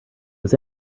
was